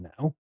now